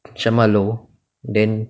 什么楼 then